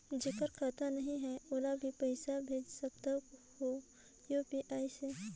जेकर खाता नहीं है ओला भी पइसा भेज सकत हो यू.पी.आई से?